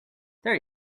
there